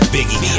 Biggie